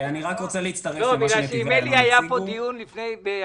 עם אלי מורגנשטרן היה פה דיון ב-2017.